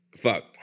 fuck